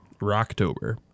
Rocktober